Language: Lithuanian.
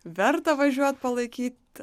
verta važiuot palaikyt